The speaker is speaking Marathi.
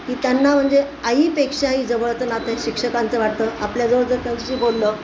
की त्यांना म्हणजे आईपेक्षाही जवळतं नातं हे शिक्षकांचं वाटतं आपल्याजवळ जर त्यांच्याशी बोललं